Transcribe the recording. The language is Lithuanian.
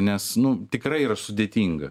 nes nu tikrai yra sudėtinga